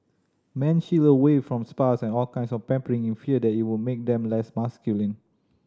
men shied away from spas and all kinds of pampering in fear that it would make them less masculine